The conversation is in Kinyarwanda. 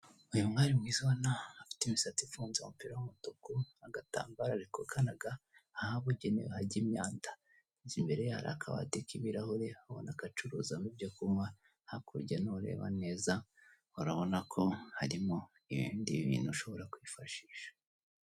Uyu mwari mwiza ubona afite imisatsi ifunze umupira w'umutuku agatambaro ari kukanaga ahabugenewe hajya imyanda, imbere hari akabati k'ibirahure habona agacuruzamo ibyo kunywa hakurya n'ureba neza urabona ko harimo ibindi bintu ushobora kwifashisha.